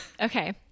okay